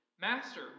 Master